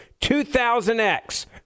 2000X